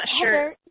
sure